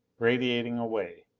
radiating away,